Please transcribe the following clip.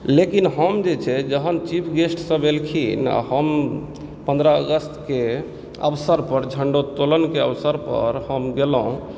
लेकिन हम जे छै जखन चीफ गेस्ट सब एलखिन आ हम पन्द्रह अगस्त के अवसर पर झंडोत्तोलन के अवसर पर हम गेलहुॅं